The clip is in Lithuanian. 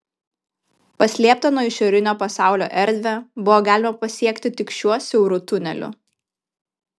paslėptą nuo išorinio pasaulio erdvę buvo galima pasiekti tik šiuo siauru tuneliu